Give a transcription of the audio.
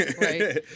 Right